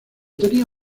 tenía